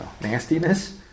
nastiness